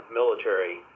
military